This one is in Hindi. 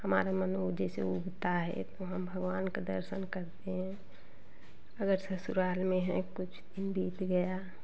हमारा मन हो जैसे उगता है तो हम भगवान का दर्शन करते हैं अगर ससुराल में है कुछ बीत गया